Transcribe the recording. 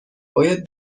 باید